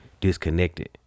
disconnected